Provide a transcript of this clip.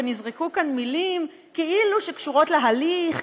ונזרקו כאן מילים כאילו קשורות להליך,